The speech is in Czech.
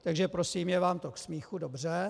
Takže prosím, je vám to k smíchu, dobře.